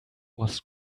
was